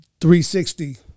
360